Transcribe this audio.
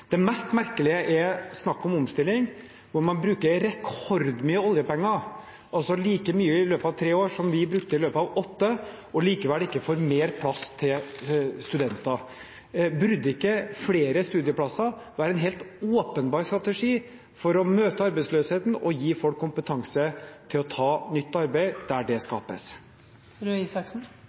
Det mest merkelige er snakket om omstilling, hvor man bruker rekordmye oljepenger, altså like mye i løpet av tre år som vi brukte i løpet av åtte, og likevel ikke får mer plass til studenter. Burde ikke flere studieplasser være en helt åpenbar strategi for å møte arbeidsløsheten og gi folk kompetanse til å ta nytt arbeid der det